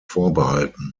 vorbehalten